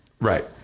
Right